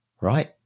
right